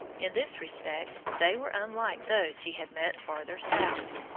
in this respect they were unlike those he had met farther south.